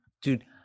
dude